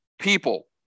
people